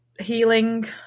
healing